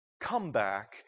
comeback